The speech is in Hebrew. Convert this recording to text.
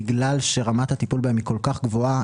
בגלל שרמת הטיפול בהם כל כך גבוהה,